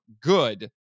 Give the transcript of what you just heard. good